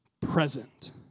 present